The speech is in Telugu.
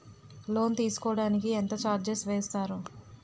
లోన్ తీసుకోడానికి ఎంత చార్జెస్ వేస్తారు?